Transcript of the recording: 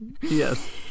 yes